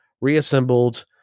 reassembled